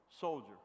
soldier